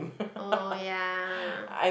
oh ya